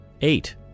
Eight